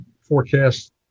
forecast